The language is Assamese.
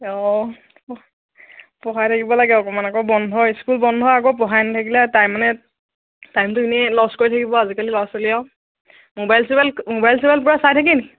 অঁ পঢ়াই থাকিব লাগে অকণমান আকৌ বন্ধ স্কুল বন্ধ আকৌ পঢ়াই নাথাকিলে তাই মানে টাইমটো এনেই লষ্ট কৰি থাকিব আজিকালি ল'ৰা ছোৱালী আৰু মোবাইল চোবাইল মোবাইল চোবাইল পুৰা চাই থাকে নি